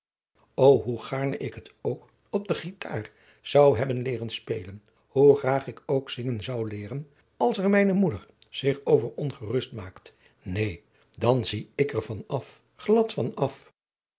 hoe gaarne ik ook op de guitar zou hebben leeren spelen hoe graag ik ook zingen zou leeren als er mijne moeder zich over ongerust maakt neen dan zie ik er van af glad van af